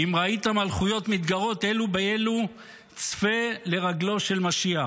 "אם ראית מלכויות מתגרות אלו באלו צפה לרגלו של משיח",